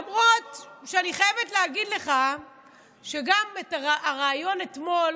למרות שאני חייבת להגיד לך שגם מהריאיון אתמול